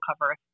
cover